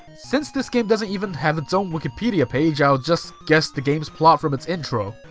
since this game doesn't even have its own wikipedia page, i'll just guess the game's plot from its intro.